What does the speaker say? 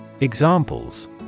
Examples